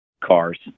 cars